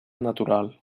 natural